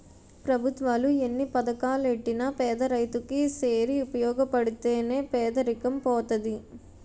పెభుత్వాలు ఎన్ని పథకాలెట్టినా పేదరైతు కి సేరి ఉపయోగపడితే నే పేదరికం పోతది